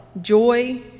joy